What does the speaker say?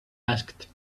asked